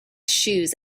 shoes